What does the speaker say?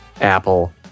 Apple